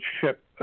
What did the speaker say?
ship